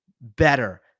better